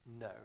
no